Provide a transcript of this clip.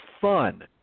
fun